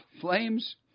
flames